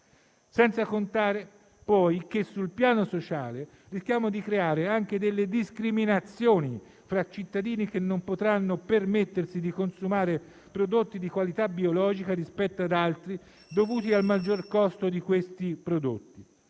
senza contare poi che, sul piano sociale, rischiamo di creare anche delle discriminazioni fra cittadini che non potranno permettersi di consumare prodotti di qualità biologica a causa del loro maggior costo. Tali elementi